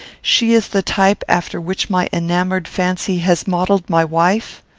she is the type after which my enamoured fancy has modelled my wife?